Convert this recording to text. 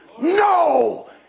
no